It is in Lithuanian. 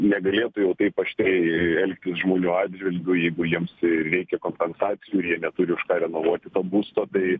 negalėtų jau taip aš taip aštriai elgtis žmonių atžvilgiu jeigu jiems reikia kompensacijų jie neturi už ką renovuoti to būsto bei